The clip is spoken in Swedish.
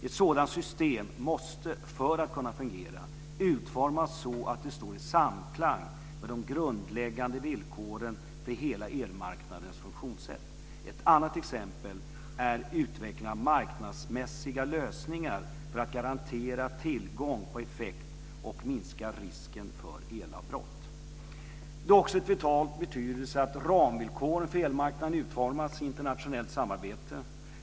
Ett sådant system måste för att kunna fungera utformas så att det står i samklang med de grundläggande villkoren för hela elmarknadens funktionssätt. Ett annat exempel är utveckling av marknadsmässiga lösningar för att garantera tillgång på effekt och minska risken för elavbrott. Det är också av vital betydelse att ramvillkor för elmarknaden utformas i internationellt samarbete.